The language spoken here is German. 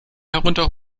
herunter